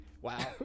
Wow